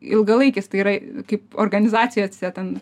ilgalaikis tai yra kaip organizacijose ten